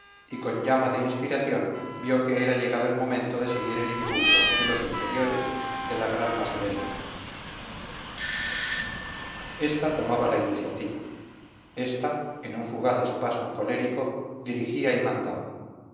y con llama de inspiración vio que era llegado el momento de seguir el impulso de los inferiores de la gran masa bélica esta tomaba la iniciativa esta en un fugaz espasmo colectivo dirigía y mandaba